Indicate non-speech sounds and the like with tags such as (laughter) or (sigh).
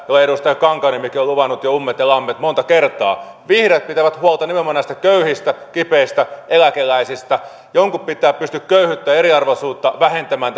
joille edustaja kankaanniemikin on luvannut jo ummet ja lammet monta kertaa vihreät pitävät huolta nimenomaan näistä köyhistä kipeistä eläkeläisistä jonkun pitää pystyä köyhyyttä eriarvoisuutta vähentämään (unintelligible)